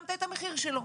שילמת את המחיר שלו,